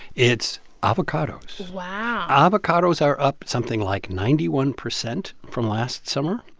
it's avocados wow avocados are up something like ninety one percent from last summer.